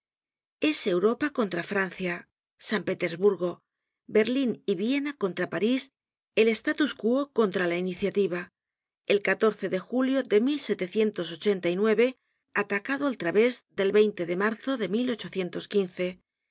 es europa contra francia san petersburgo berlin y viena contra parís el status quo contra la iniciativa el de julio de atacado al través del de marzo de